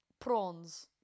Prawns